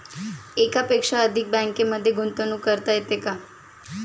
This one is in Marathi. एकापेक्षा अधिक बँकांमध्ये गुंतवणूक करता येते का?